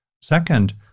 Second